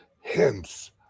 hence